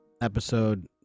episode